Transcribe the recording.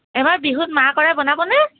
এইবাৰ বিহুত মাহকৰাই বনাবনে